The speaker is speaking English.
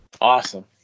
Awesome